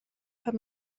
pam